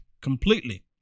completely